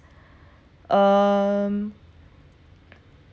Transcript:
um